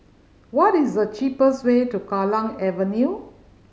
what is the cheapest way to Kallang Avenue